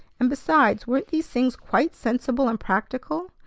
and, besides, weren't these things quite sensible and practical?